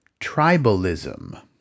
tribalism